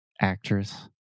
actress